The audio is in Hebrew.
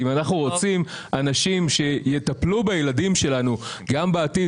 אם אנחנו רוצים אנשים שיטפלו בילדים שלנו גם בעתיד